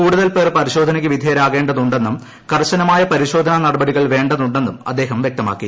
കൂടുതൽ പേർ പരിശോധനയ്ക്ക് വിധേയരാകേണ്ടതുണ്ടെന്നും കർശനമായ പരിശോധന നടപടികൾ വേണ്ടതുണ്ടെന്നും അദ്ദേഹം വൃക്തമാക്കി